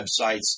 websites